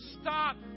Stop